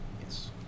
yes